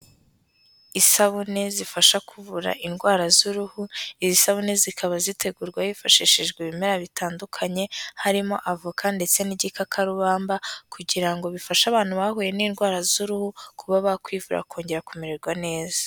Isabune zifasha kuvura indwara z'uruhu, izi sabune zikaba zitegurwa hifashishijwe ibimera bitandukanye, harimo avoka ndetse n'igikakarubamba kugira ngo bifashe abantu bahuye n'indwara z'uruhu, kuba bakwivura, bakongera kumererwa neza.